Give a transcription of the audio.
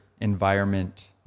environment